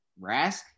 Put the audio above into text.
rask